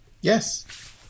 Yes